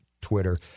twitter